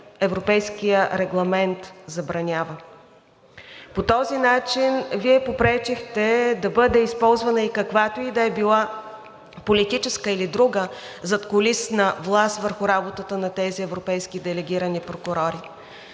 Европейският регламент забранява. По този начин Вие попречихте да бъде използвана и каквато и да била политическа или друга задкулисна власт върху работата на тези европейски делегирани прокурори,